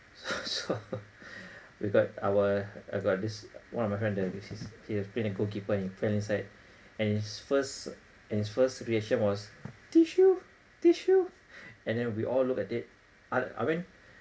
so so we got our I got this one of my friend that he has been a goalkeeper and fell inside and his first and his first reaction was tissue tissue and then we all look at it I I mean